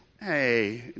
Hey